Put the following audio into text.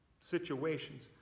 situations